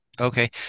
Okay